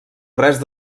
res